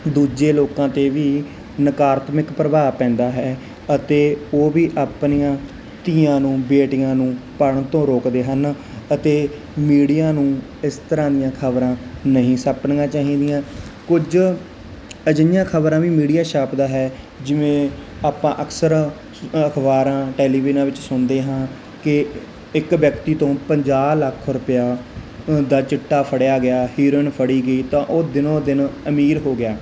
ਦੂਜੇ ਲੋਕਾਂ ਤੇ ਵੀ ਨਕਾਰਤਮਿਕ ਪ੍ਰਭਾਵ ਪੈਂਦਾ ਹੈ ਅਤੇ ਉਹ ਵੀ ਆਪਣੀਆਂ ਧੀਆਂ ਨੂੰ ਬੇਟੀਆਂ ਨੂੰ ਪੜ੍ਹਨ ਤੋਂ ਰੋਕਦੇ ਹਨ ਅਤੇ ਮੀਡੀਆ ਨੂੰ ਇਸ ਤਰ੍ਹਾਂ ਦੀਆਂ ਖਬਰਾਂ ਨਹੀਂ ਛਾਪਣੀਆਂ ਚਾਹੀਦੀਆਂ ਕੁਝ ਅਜਿਹੀਆਂ ਖਬਰਾਂ ਵੀ ਮੀਡੀਆ ਛਾਪਦਾ ਹੈ ਜਿਵੇਂ ਆਪਾਂ ਅਕਸਰ ਅਖਬਾਰਾਂ ਟੈਲੀਵਿਜ਼ਨਾਂ ਵਿੱਚ ਸੁਣਦੇ ਹਾਂ ਕਿ ਇੱਕ ਵਿਅਕਤੀ ਤੋਂ ਪੰਜਾਹ ਲੱਖ ਰੁਪਿਆ ਦਾ ਚਿੱਟਾ ਫੜਿਆ ਗਿਆ ਹੀਰੋਇਨ ਫੜੀ ਗਈ ਤਾਂ ਉਹ ਦਿਨੋਂ ਦਿਨ ਅਮੀਰ ਹੋ ਗਿਆ